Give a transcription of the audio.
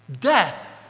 Death